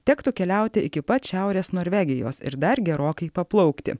tektų keliauti iki pat šiaurės norvegijos ir dar gerokai paplaukti